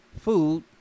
Food